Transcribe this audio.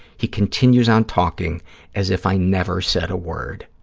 he continues on talking as if i never said a word.